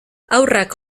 haurrak